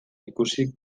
ikusi